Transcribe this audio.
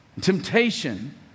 temptation